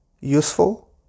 useful